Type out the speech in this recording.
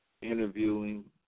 interviewing